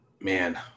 Man